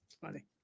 funny